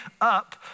up